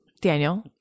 Daniel